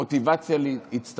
רוצים לשנות?